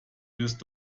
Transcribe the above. wirst